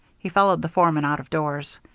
he followed the foreman out of doors.